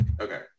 okay